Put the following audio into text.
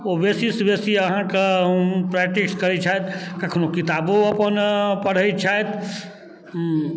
ओ बेसीसँ बेसी अहाँके प्रैक्टिस करै छथि कखनो किताबो अपन पढ़ै छथि